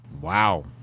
Wow